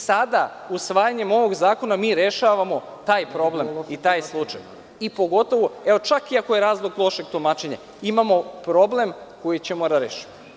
Sada, usvajanjem ovog zakona, mi rešavamo taj problem i taj slučaj, čak i ako je razlog lošeg tumačenja, imamo problem koji ćemo da rešimo.